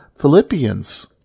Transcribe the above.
Philippians